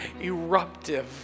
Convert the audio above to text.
eruptive